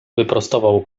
wyprostował